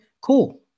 cool